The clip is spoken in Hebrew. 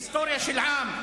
היסטוריה של עם,